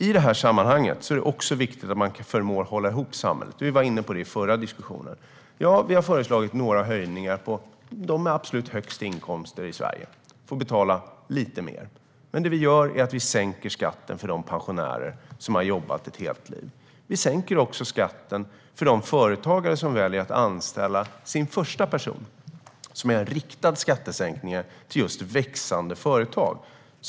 I det här sammanhanget är det också viktigt att man förmår att hålla ihop samhället. Vi var inne på detta i den förra interpellationsdebatten. Ja, vi har föreslagit några skattehöjningar för dem med absolut högst inkomster i Sverige. De får betala lite mer. Men vi sänker skatten för de pensionärer som har jobbat ett helt liv. Vi sänker också skatten för de företagare som väljer att anställa sin första person. Det är en riktad skattesänkning till just växande företag.